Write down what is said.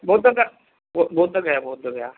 बौद्ध ग बौद्धगया बौद्धगया